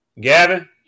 Gavin